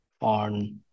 on